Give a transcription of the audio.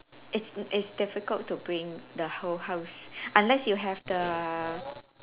it's it's difficult to bring the whole house unless you have the